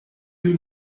you